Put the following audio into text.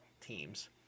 teams